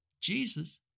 Jesus